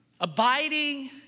abiding